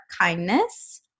kindness